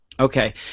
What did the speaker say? Okay